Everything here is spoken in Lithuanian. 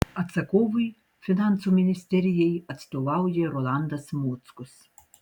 atsakovui finansų ministerijai atstovauja rolandas mockus